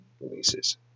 releases